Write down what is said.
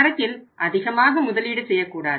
சரக்கில் அதிகமாக முதலீடு செய்யக்கூடாது